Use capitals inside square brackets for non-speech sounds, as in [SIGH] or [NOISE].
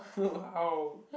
[LAUGHS] how